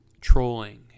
trolling